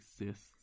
exists